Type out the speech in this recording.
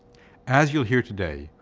as you'll hear today,